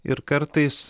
ir kartais